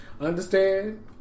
understand